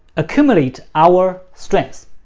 accumulate our strength,